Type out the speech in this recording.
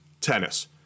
tennis